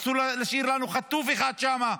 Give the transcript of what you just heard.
אסור להשאיר חטוף אחד שם,